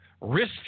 risk